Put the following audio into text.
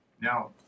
Now